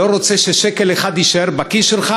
אינך רוצה ששקל אחד יישאר בכיס שלך,